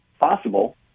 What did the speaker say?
possible